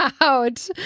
out